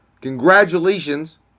Congratulations